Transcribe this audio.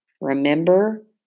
Remember